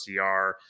OCR